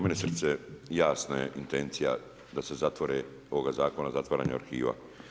Ministrice, jasna je intencija da se zatvore ovoga zakona zatvaranje arhiva.